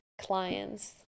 clients